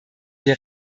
wir